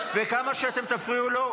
וכמה שאתם תפריעו לו,